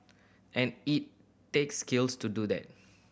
and it takes skills to do that